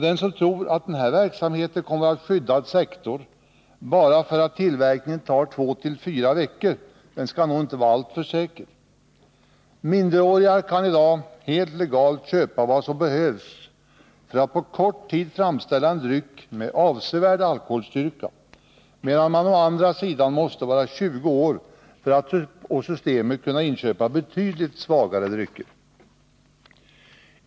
Den som tror att den här verksamheten kommer att vara en skyddad sektor bara därför att tillverkningen tar 24 veckor skall nog inte vara alltför säker. Minderåriga kan i dag helt legalt köpa vad som behövs för att på kort tid framställa en dryck med avsevärd alkoholstyrka, medan man å andra sidan måste vara 20 år för att i systembutiken kunna köpa betydligt svagare drycker.